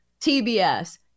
tbs